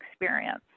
experience